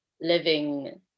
living